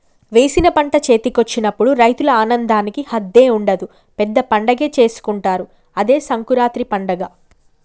వేసిన పంట చేతికొచ్చినప్పుడు రైతుల ఆనందానికి హద్దే ఉండదు పెద్ద పండగే చేసుకుంటారు అదే సంకురాత్రి పండగ